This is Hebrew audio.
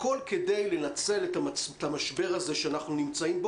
הכול כדי לנצל את המשבר שאנחנו נמצאים בו